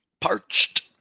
parched